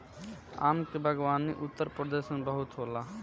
आम के बागवानी उत्तरप्रदेश में बहुते होला